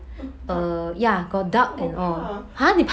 ugh duck 我怕